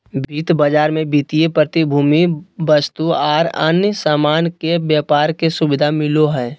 वित्त बाजार मे वित्तीय प्रतिभूति, वस्तु आर अन्य सामान के व्यापार के सुविधा मिलो हय